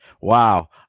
wow